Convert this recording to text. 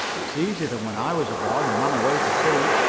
it's easier than when i was a boy and ran away to sea.